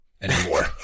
anymore